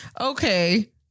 okay